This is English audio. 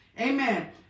Amen